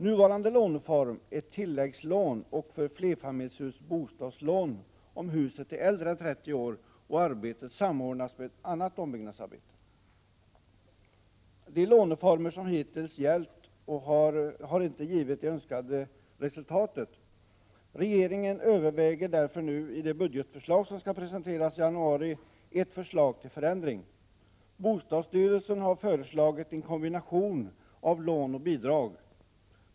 Nuvarande låneform är tilläggslån och för flerfamiljshus bostadslån, om huset är äldre än 30 år och arbetet samordnas med annat ombyggnadsarbete. De låneformer som hittills gällt har inte givit det önskade resultatet. Regeringen överväger därför nu i det budgetförslag som skall presenteras i januari ett förslag till förändring. Bostadsstyrelsen har föreslagit en kombination av lån och bidrag.